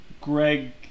Greg